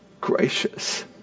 gracious